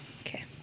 Okay